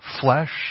flesh